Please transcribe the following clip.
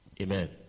amen